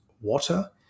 water